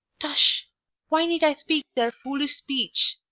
tush a why need i speak their foolish speech?